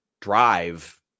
drive